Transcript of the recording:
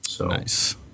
Nice